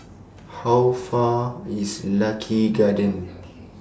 How Far IS Lucky Gardens